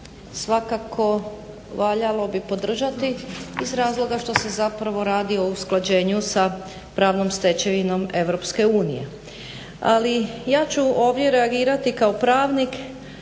svakako valjalo bi podržati iz razloga što se zapravo radi o usklađenju sa pravnom stečevinom EU. Ali ja ću ovdje reagirati kao pravnik